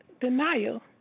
denial